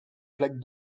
flaque